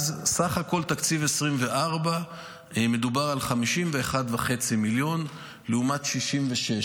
אז בסך הכול בתקציב 2024 מדובר על 51.5 מיליון לעומת 66,